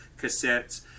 cassettes